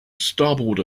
starboard